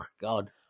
god